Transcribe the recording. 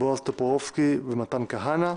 בועז טופורובסקי ומתן כהנא,